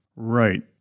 Right